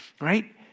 Right